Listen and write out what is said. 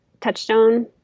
touchstone